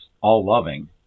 all-loving